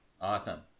Awesome